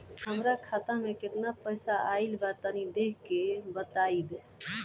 हमार खाता मे केतना पईसा आइल बा तनि देख के बतईब?